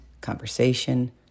conversation